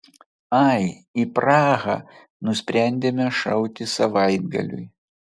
ai į prahą nusprendėme šauti savaitgaliui